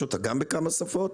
יש אותה גם בכמה שפות?